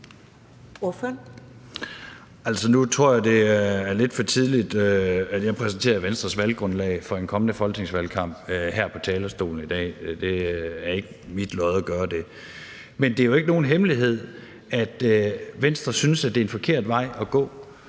Nu tror jeg, det er lidt for tidligt, at jeg præsenterer Venstres valggrundlag for en kommende folketingsvalgkamp her på talerstolen i dag. Det falder ikke i min lod at gøre det. Men det er jo ikke nogen hemmelighed, at Venstre synes, det er en forkert vej at gå